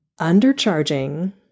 undercharging